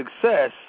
success